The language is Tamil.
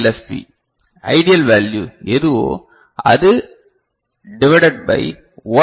பி ஐடியல் வேல்யூ எதுவோ அது டிவைடட் பை ஒன் எல்